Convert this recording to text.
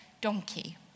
donkey